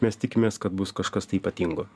mes tikimės kad bus kažkas tai ypatingo